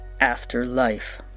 Afterlife